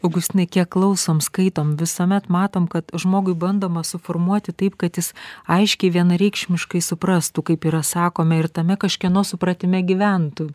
augustinai kiek klausom skaitom visuomet matom kad žmogui bandoma suformuoti taip kad jis aiškiai vienareikšmiškai suprastų kaip yra sakome ir tame kažkieno supratime gyventų